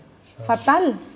¿Fatal